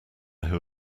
who